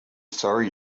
sorry